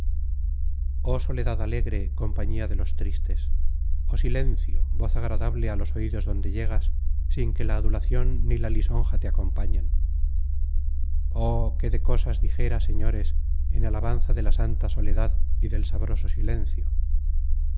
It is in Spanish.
oh soledad alegre compañía de los tristes oh silencio voz agradable á los oidos donde llegas sin que la adulacion ni la lisonja te acompañen oh qué de cosas dijera señores en alabanza de la santa soledad y del sabroso silencio